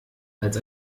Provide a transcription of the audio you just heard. als